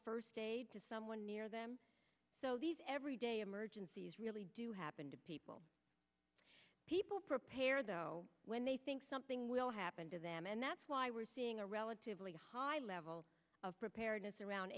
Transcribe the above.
first aid to someone near them so these everyday emergencies really do happen to people people prepare though when they think something will happen to them and that's why we're seeing a relatively high level of preparedness around